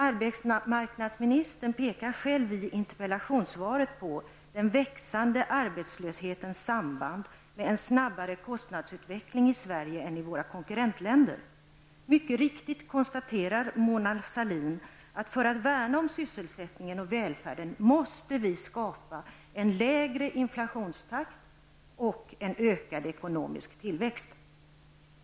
Arbetsmarknadsministern pekar själv i interpellationssvaret på den växande arbetslöshetens samband med en snabbare kostnadsutveckling i Sverige än i våra konkurrentländer. Mycket riktigt konstaterar Mona Sahlin att, för att värna om sysselsättningen och välfärden, måste vi skapa en lägre inflationstakt och en ökad ekonomisk tillväxt.